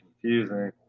confusing